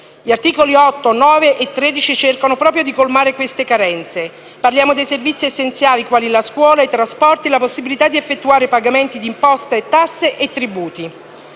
Gli articoli 8, 9 e 13 cercano proprio di colmare queste carenze. Parliamo di servizi essenziali quali la scuola, i trasporti e la possibilità di effettuare pagamenti di imposte, tasse e tributi.